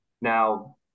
Now